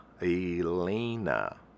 Elena